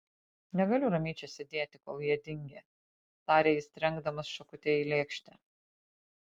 negaliu ramiai čia sėdėti kol jie dingę tarė jis trenkdamas šakutę į lėkštę